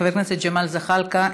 חבר הכנסת ג'מאל זחאלקה,